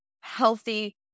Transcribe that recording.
healthy